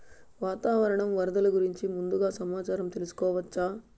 వాతావరణం వరదలు గురించి ముందుగా సమాచారం తెలుసుకోవచ్చా?